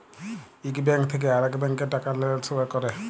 ইক ব্যাংক থ্যাকে আরেক ব্যাংকে টাকা টেলেসফার ক্যরা